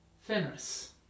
Fenris